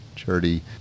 charity